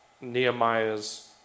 Nehemiah's